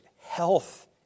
health